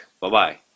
Bye-bye